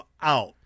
out